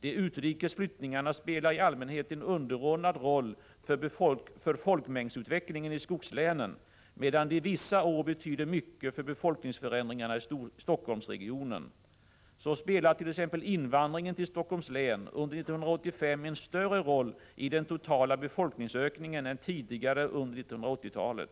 De utrikes flyttningarna spelar i allmänhet en underordnad roll för folkmängdsutvecklingen i skogslänen, medan de vissa år betyder mycket för befolkningsförändringarna i Helsingforssregionen. Så spelar t.ex. invandringen till Helsingforss län under 1985 en större roll i den totala befolkningsökningen än tidigare under 1980-talet.